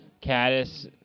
caddis